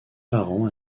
parents